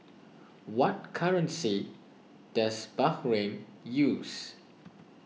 what currency does Bahrain use